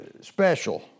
special